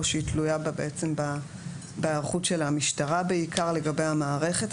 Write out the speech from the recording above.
שתלויה בהיערכות של המשטרה בעיקר לגבי המערכת,